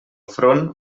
front